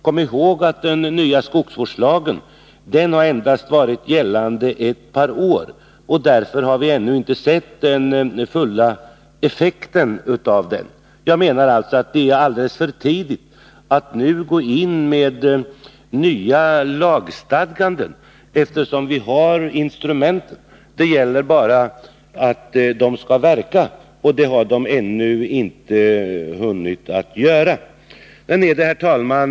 Kom ihåg att den nya skogsvårdslagen endast har gällt ett par år! Därför har vi ännu inte sett de fulla effekterna av den. Jag menar alltså att det är alldeles för tidigt att nu gå in med nya lagstadganden, eftersom vi har instrumenten. Det gäller bara att de skall verka, vilket de ännu inte hunnit göra. Herr talman!